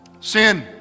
Sin